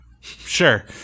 Sure